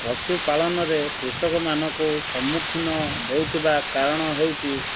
ପଶୁପାଳନରେ କୃଷକ ମାନଙ୍କୁ ସମ୍ମୁଖୀନ ହେଉଥିବା କାରଣ ହେଉଛି